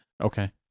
Okay